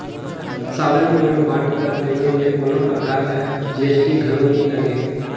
sovereign gold bond कर लेवई में कोनो परकार कर जी.एस.टी घलो नी लगे